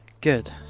Good